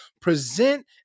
present